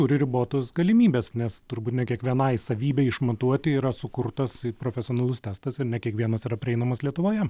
turi ribotas galimybes nes turbūt ne kiekvienai savybei išmatuoti yra sukurtas profesionalus testas ir ne kiekvienas yra prieinamas lietuvoje